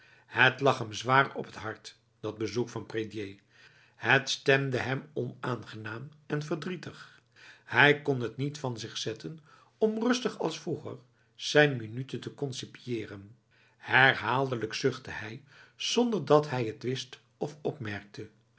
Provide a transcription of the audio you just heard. het lag hem zwaar op het hart dat bezoek van prédier het stemde hem onaangenaam en verdrietig hij kon het niet van zich zetten om rustig als vroeger zijn minute te concipiëren herhaaldelijk zuchtte hij zonder dat hij het wist of opmerkte